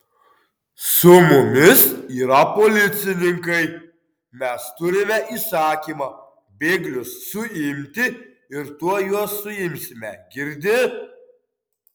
su mumis yra policininkai mes turime įsakymą bėglius suimti ir tuoj juos suimsime girdi